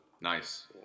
Nice